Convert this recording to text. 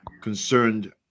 concerned